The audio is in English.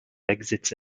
exits